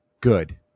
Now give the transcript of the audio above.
good